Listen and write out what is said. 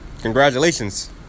Congratulations